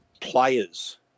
players